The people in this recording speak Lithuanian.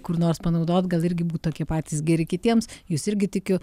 kur nors panaudot gal irgi būt tokie patys geri kitiems jūs irgi tikiu